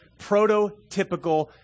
prototypical